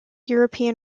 european